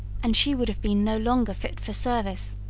and she would have been no longer fit for service.